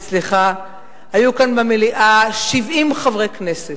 סליחה, היו כאן במליאה 70 חברי כנסת,